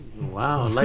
Wow